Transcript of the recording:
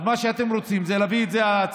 אז מה שאתם רוצים זה להביא את זה להצבעה,